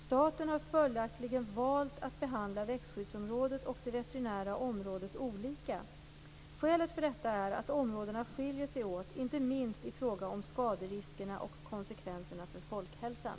Staten har följaktligen valt att behandla växtskyddsområdet och det veterinära området olika. Skälet för detta är att områdena skiljer sig åt inte minst i fråga om skaderiskerna och konsekvenserna för folkhälsan.